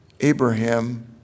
Abraham